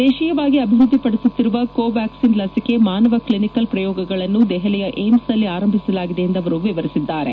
ದೇಶಿಯವಾಗಿ ಅಭಿವೃದ್ದಿ ಪಡಿಸುತ್ತಿರುವ ಕೋವಾಕ್ಸಿನ್ ಲಿಸಿಕೆ ಮಾನವ ಕ್ಲಿನಿಕಲ್ ಶ್ರಯೋಗಗಳನ್ನು ದೆಹಲಿಯ ಏಮ್ಸ್ನಲ್ಲಿ ಆರಂಭಿಸಲಾಗಿದೆ ಎಂದು ಅವರು ವಿವರಿಸಿದ್ದಾರೆ